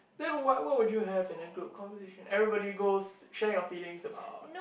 then what what would you have in a group conversation everybody goes share your feelings about